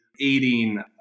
aiding